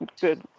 good